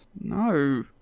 No